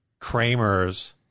Kramers